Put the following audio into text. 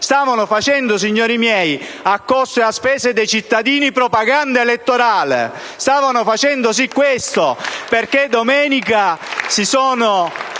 stava facendo, signori miei, a costo e spese dei cittadini, propaganda elettorale; stava facendo questo, perché domenica si sono